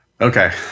Okay